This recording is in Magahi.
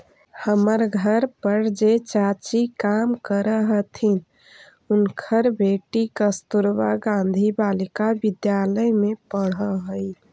हमर घर पर जे चाची काम करऽ हथिन, उनकर बेटी कस्तूरबा गांधी बालिका विद्यालय में पढ़ऽ हई